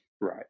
Right